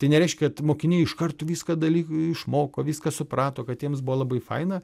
tai nereiškia kad mokiniai iš kart viską dalyką išmoko viską suprato kad jiems buvo labai faina